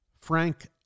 Frank